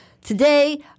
Today